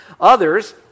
Others